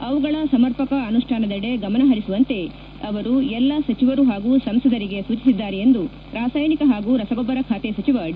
ಅವುಗಳ ಸಮರ್ಪಕ ಅನುಷ್ಠಾನದೆಡೆ ಗಮನ ಹರಿಸುವಂತೆ ಅವರು ಎಲ್ಲ ಸಚಿವರು ಹಾಗೂ ಸಂಸದರಿಗೆ ಸೂಚಿಸಿದ್ದಾರೆ ಎಂದು ರಾಸಾಯನಿಕ ಹಾಗೂ ರಸಗೊಬ್ಬರ ಸಚಿವ ಡಿ